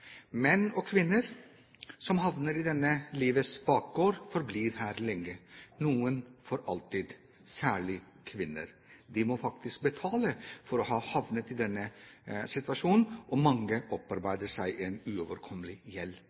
Menn og kvinner som havner i denne livets bakgård, forblir her lenge, noen for alltid – særlig kvinner. De må faktisk betale for å ha havnet i denne situasjonen, og mange opparbeider seg en uoverkommelig gjeld.